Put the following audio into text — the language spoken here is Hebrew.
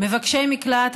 מבקשי מקלט,